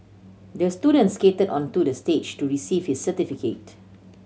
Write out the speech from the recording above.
the student skated onto the stage to receive his certificate